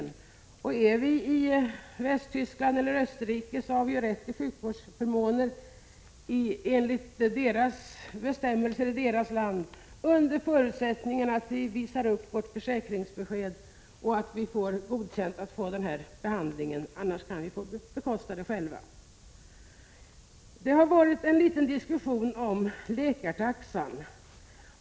Om svenskar befinner sig i Västtyskland eller Österrike har de rätt till sjukvårdsförmåner enligt bestämmelser i dessa länder under förutsättning att svenskarna visar upp sitt försäkringsbesked och att de får ifrågavarande behandling godkänd, annars kan behandlingen få bekostas av svenskarna själva. Det har varit en liten diskussion om läkartaxan.